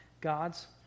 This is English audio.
God's